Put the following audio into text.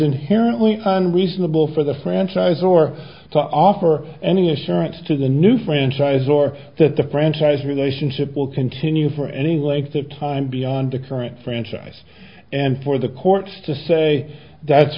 inherently on reasonable for the franchise or to offer any assurance to the new franchise or that the franchise relationship will continue for any length of time beyond the current franchise and for the courts to say that's